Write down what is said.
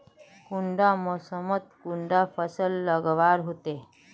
कुंडा मोसमोत कुंडा फसल लगवार होते?